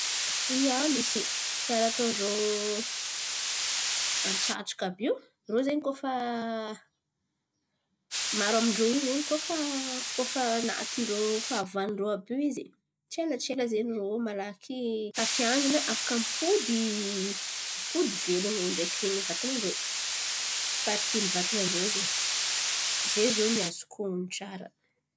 Ia, misy karà ataon-drô antsatsaka àby io, rô zen̈y koa fa maro amindrô io zen̈y. Koa fa natin-drô fahavalon-drô tsy ela tsy ela ze rô malaky tafiangana afaka mipody. Mipody velon̈o ndraiky vatanan-drô, parity ny vatan̈an-drô ze, ze zo ny azoko onon̈o tsara.